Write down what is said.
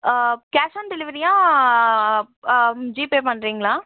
cash on டெலிவரியா GPay பண்ணுறீங்களா